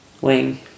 wing